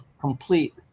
complete